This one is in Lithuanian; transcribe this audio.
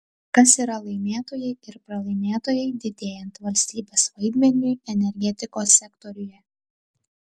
kas yra laimėtojai ir pralaimėtojai didėjant valstybės vaidmeniui energetikos sektoriuje